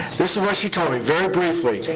this is what she told me, very briefly,